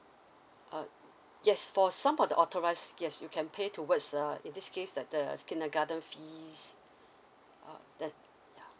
uh yes for some of the authorise yes you can pay towards uh in this case that the kindergarten fees uh there's ya